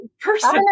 person